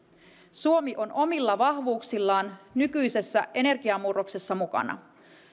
suomi on omilla vahvuuksillaan nykyisessä energiamurroksessa mukana